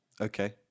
Okay